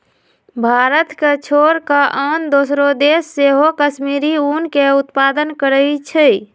भारत के छोर कऽ आन दोसरो देश सेहो कश्मीरी ऊन के उत्पादन करइ छै